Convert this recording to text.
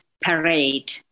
Parade